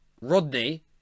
rodney